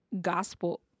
gospel